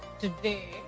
today